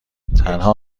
تنها